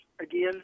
again